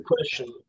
question